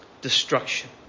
destruction